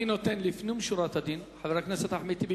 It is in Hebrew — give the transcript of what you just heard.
אני נותן לפנים משורת הדין לחבר הכנסת אחמד טיבי,